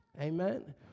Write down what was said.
Amen